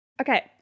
Okay